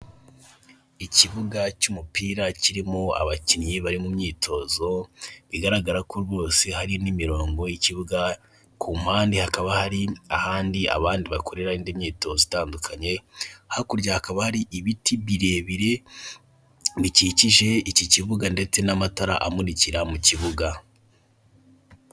Ikibuga cy'umupira kirimo abakinnyi bari mu myitozo bigaragara ko rwose hari n'imirongo y'ikibuga, ku mpande hakaba hari ahandi abandi bakorera indi myitozo itandukanye, hakurya hakaba hari ibiti birebire bikikije iki kibuga ndetse n'amatara amurikira mu kibuga.